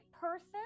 person